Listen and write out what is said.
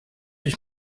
ich